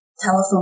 telephone